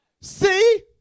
See